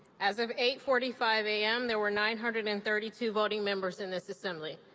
as of eight forty five a m, there were nine hundred and thirty two voting members in this assembly.